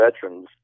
veterans